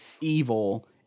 evil